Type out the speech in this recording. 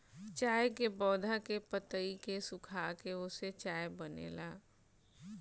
चाय के पौधा के पतइ के सुखाके ओसे चाय बनेला